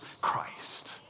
Christ